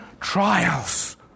trials